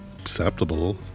Acceptable